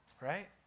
right